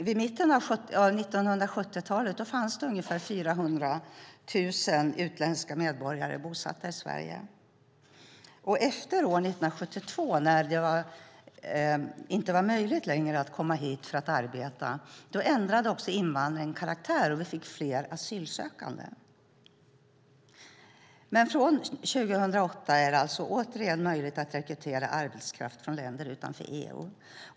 Vid mitten av 1970-talet var ungefär 400 000 utländska medborgare bosatta i Sverige. Efter 1972, när det inte längre var möjligt att komma hit för att arbeta, ändrade invandringen karaktär, och vi fick fler asylsökande. Från 2008 är det alltså åter möjligt att rekrytera arbetskraft från länder utanför EU.